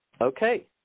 Okay